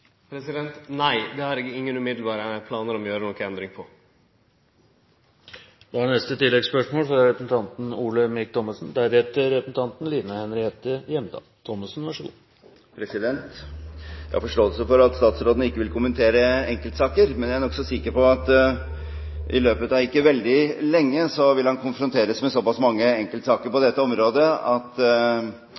Nei, der har eg ingen umiddelbare planar om å gjere noka endring. Olemic Thommessen – til oppfølgingsspørsmål. Jeg har forståelse for at statsråden ikke vil kommentere enkeltsaker, men jeg er nokså sikker på at i løpet av ikke veldig lang tid vil han konfronteres med såpass mange enkeltsaker på dette området at